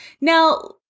Now